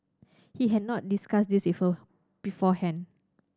he had not discussed this with her beforehand